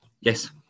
Yes